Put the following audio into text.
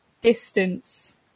distance